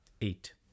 Eight